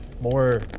more